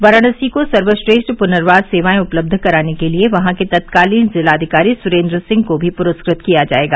वाराणसी को सर्वश्रेष्ठ पूनवर्स सेवाए उपलब्ध कराने के लिये वहां के तत्कालीन जिलाधिकारी सुरेन्द्र सिंह को मी पुरस्कृत किया जायेगा